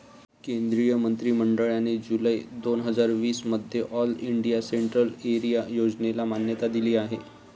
केंद्रीय मंत्रि मंडळाने जुलै दोन हजार वीस मध्ये ऑल इंडिया सेंट्रल एरिया योजनेला मान्यता दिली आहे